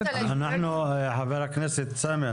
חבר הכנסת סמי,